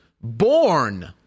Born